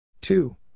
Two